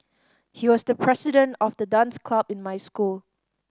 he was the president of the dance club in my school